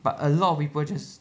but a lot of people just